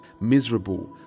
miserable